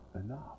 enough